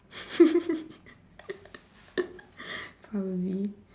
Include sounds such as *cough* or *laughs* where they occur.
*laughs* probably